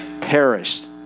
perished